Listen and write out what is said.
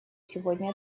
сегодня